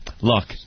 Look